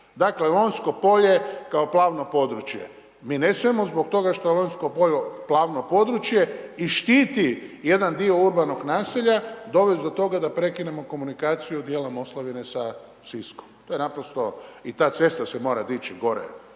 Dakle Lonjsko Polje kao plavno područje. Mi ne smijemo zbog toga što je Lonjsko polje plavno područje i štiti jedan dio urbanog nasilja dovesti do toga da prekinemo komunikaciju od dijela Moslavine sa Siskom. To je naprosto, i ta cesta se mora dići gore